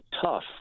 tough